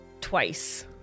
Twice